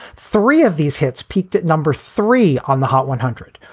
three of these hits peaked at number three on the hot one hundred,